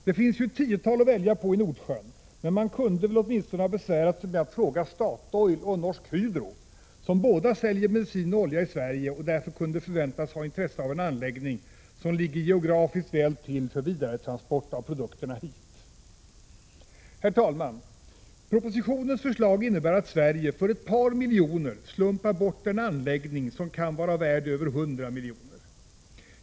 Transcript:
Det finns ju ett tiotal att välja på i Nordsjön, men man kunde väl åtminstone ha besvärat sig med att fråga Statoil och Norsk Hydro, som båda säljer bensin och olja i Sverige och därför kunde förväntas ha intresse av en anläggning som ligger geografiskt väl till för vidaretransport av produkterna hit. Herr talman! Propositionens förslag innebär att Sverige för ett par 16 december 1986 miljoner slumpar bort en anläggning som kan vara värd över 100 miljoner.